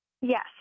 Yes